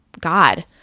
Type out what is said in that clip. God